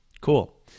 Cool